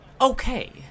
Okay